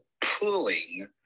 pulling